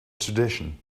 tradition